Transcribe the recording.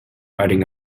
writing